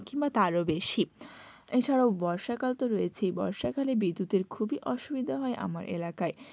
কিংবা তারও বেশি এছাড়াও বর্ষাকাল তো রয়েছেই বর্ষাকালে বিদ্যুতের খুবই অসুবিধা হয় আমার এলাকায়